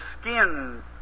skin